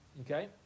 Okay